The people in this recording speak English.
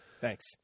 Thanks